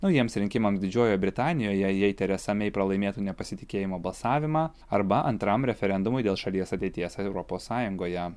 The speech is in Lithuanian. naujiems rinkimams didžiojoje britanijoje jei teresa mei pralaimėtų nepasitikėjimo balsavimą arba antram referendumui dėl šalies ateities europos sąjungoje